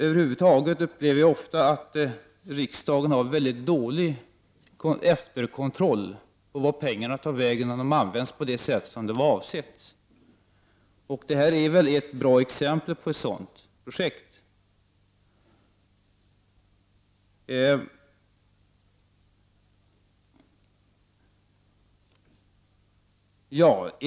Jag upplever ofta att riksdagen över huvud taget har en mycket dålig efterkontroll av vart pengarna tar vägen och om de används på avsett vis. Och detta är väl ett bra exempel på ett sådant projekt.